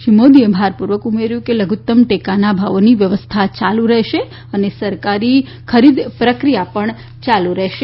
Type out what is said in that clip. શ્રી મોદીએ ભારપુર્વક ઉમેર્યુ કે લઘુતમ ટેકાના ભાવોની વ્યવસ્થા ચાલુ રહેશે અને સકારી ખરીદ પ્રક્રિયા પણ ચાલુ રહેશે